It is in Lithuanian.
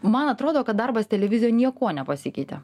man atrodo kad darbas televizijoj niekuo nepasikeitė